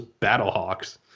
Battlehawks